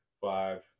Five